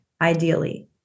ideally